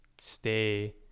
stay